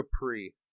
Capri